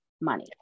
money